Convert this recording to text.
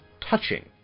touching